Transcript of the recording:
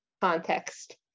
context